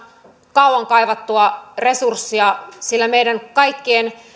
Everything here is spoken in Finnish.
kauan kaivattua resurssia sillä meidän kaikkien